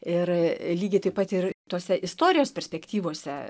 ir lygiai taip pat ir tose istorijos perspektyvose